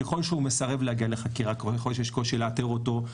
ככל שהוא מסרב להגיע לחקירה או שיכול להיות שיש קושי לאתר אותו.